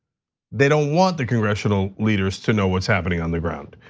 they don't want the congressional leaders to know what's happening on the ground.